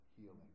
healing